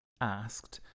asked